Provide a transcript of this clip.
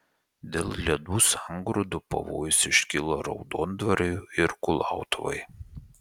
dėl ledų sangrūdų pavojus iškilo raudondvariui ir kulautuvai